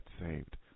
saved